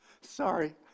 Sorry